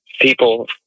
people